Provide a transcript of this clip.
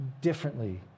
differently